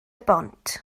bont